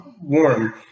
warm